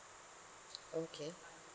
okay